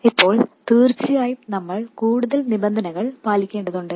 ഇപ്പോൾ തീർച്ചയായും നമ്മൾ കൂടുതൽ നിബന്ധനകൾ പാലിക്കേണ്ടതുണ്ട്